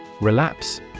Relapse